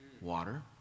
Water